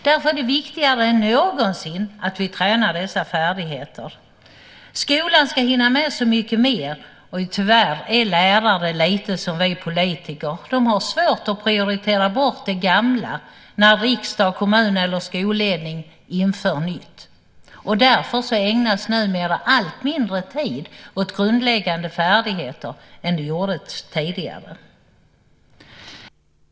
Därför är det viktigare än någonsin att vi tränar dessa färdigheter. Skolan ska hinna med så mycket mer, och tyvärr är lärare lite som vi politiker. De har svårt att prioritera bort det gamla när riksdag, kommun eller skolledning inför nytt. Därför ägnas numera mindre tid åt grundläggande färdigheter än det gjordes tidigare.